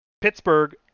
Pittsburgh